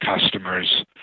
customers